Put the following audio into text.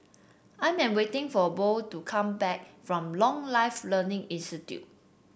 I am waiting for Bo to come back from Lifelong Learning Institute